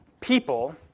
people